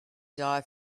die